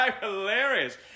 hilarious